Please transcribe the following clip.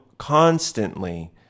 constantly